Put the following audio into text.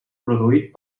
produït